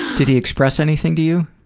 did he express anything to you?